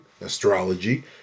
astrology